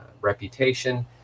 reputation